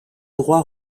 droit